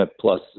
plus